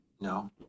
No